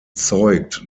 zeugt